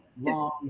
long